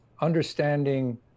understanding